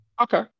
Okay